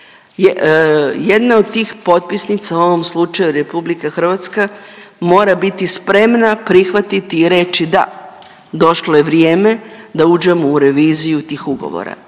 Jedna od tih potpisnica, u ovom slučaju RH, mora biti spremna prihvatiti i reći, da došlo je vrijeme da dođemo u reviziju tih ugovora.